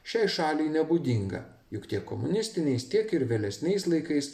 šiai šaliai nebūdinga juk tiek komunistiniais tiek ir vėlesniais laikais